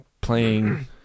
playing